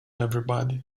everybody